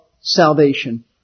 salvation